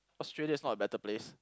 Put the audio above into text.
Australia is not a better place